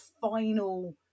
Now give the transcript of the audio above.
final